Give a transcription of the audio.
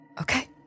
Okay